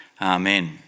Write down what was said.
Amen